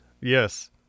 Yes